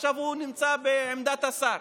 עכשיו הוא נמצא בעמדת השר.